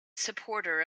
supporter